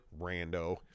Rando